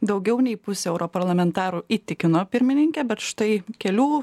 daugiau nei pusė europarlamentarų įtikino pirmininkę bet štai kelių